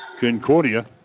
Concordia